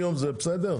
זה בסדר?